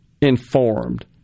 informed